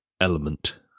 element